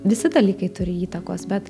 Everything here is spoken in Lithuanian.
visi dalykai turi įtakos bet